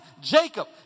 Jacob